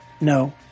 No